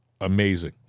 Amazing